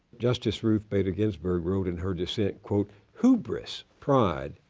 justice ruth bader ginsburg wrote in her dissent, quote, hubris, pride,